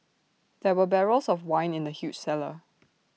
there were barrels of wine in the huge cellar